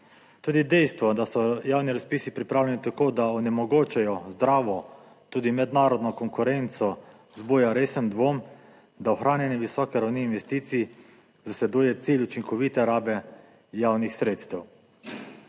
Tudi dejstvo, da so javni razpisi pripravljeni tako, da onemogočajo zdravo, tudi mednarodno konkurenco. Vzbuja resen dvom, da ohranjanje visoke ravni investicij zasleduje cilj učinkovite rabe javnih sredstev.